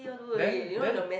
then then